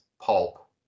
pulp